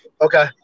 Okay